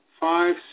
five